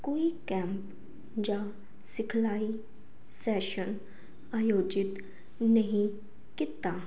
ਕੋਈ ਕੈਂਪ ਜਾਂ ਸਿਖਲਾਈ ਸੈਸ਼ਨ ਆਯੋਜਿਤ ਨਹੀਂ ਕੀਤਾ